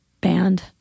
band